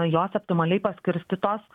jos optimaliai paskirstytos